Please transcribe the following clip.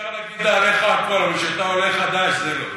אפשר להגיד עליך הכול, אבל שאתה עולה חדש, זה לא.